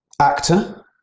Actor